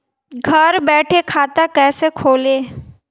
घर बैठे खाता कैसे खोलें?